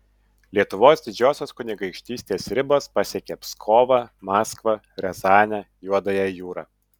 lietuvos didžiosios kunigaikštystės ribos pasiekė pskovą maskvą riazanę juodąją jūrą